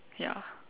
ya